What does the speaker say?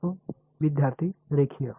மாணவர்லீனியர் linear